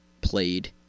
played